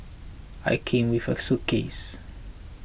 I came with a suitcase